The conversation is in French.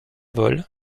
vol